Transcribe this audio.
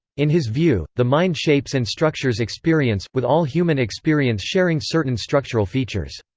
in his view, the mind shapes and structures experience, with all human experience sharing certain structural features.